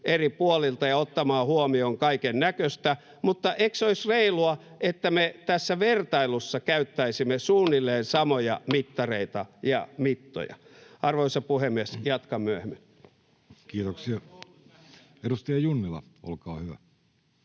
eri puolilta ja ottamaan huomioon kaikennäköistä, mutta eikö olisi reilua, että me tässä vertailussa käyttäisimme suunnilleen samoja mittareita ja mittoja? — Arvoisa puhemies, jatkan myöhemmin. [Speech 100] Speaker: Jussi Halla-aho